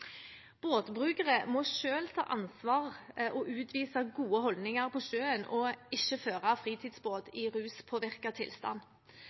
Båtbrukere må selv ta ansvar og utvise gode holdninger på sjøen og ikke føre fritidsbåt i ruspåvirket tilstand.